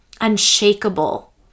unshakable